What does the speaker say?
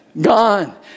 Gone